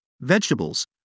vegetables